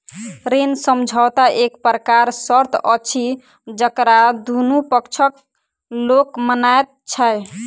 ऋण समझौता एक प्रकारक शर्त अछि जकरा दुनू पक्षक लोक मानैत छै